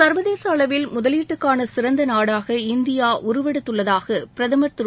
சர்வதேச அளவில் முதலீட்டுக்கான சிறந்த நாடாக இந்தியா உருவாகியுள்ளதாக பிரதமர் திரு